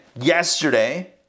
yesterday